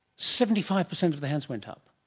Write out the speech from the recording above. seventy-five per cent of the hands went up.